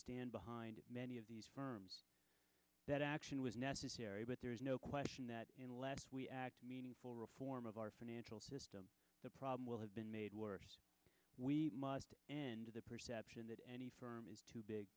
stand behind many of these firms that action was necessary but there is no question that unless we act meaningful reform of our financial system the problem will have been made worse we must end to the perception that any firm is too big